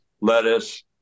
lettuce